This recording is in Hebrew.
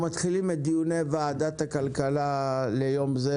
אנחנו מתחילים את דיוני ועדת הכלכלה ליום זה.